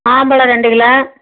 மாம்பழம் ரெண்டு கிலோ